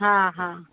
हा हा